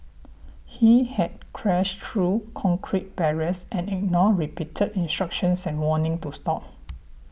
he had crashed through concrete barriers and ignored repeated instructions and warning to stop